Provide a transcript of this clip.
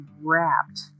wrapped